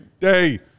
day